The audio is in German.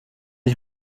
ich